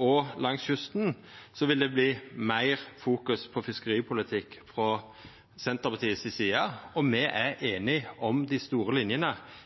og langs kysten, vil me fokusera på fiskeripolitikk frå Senterpartiet si side, og me er einige om dei store linjene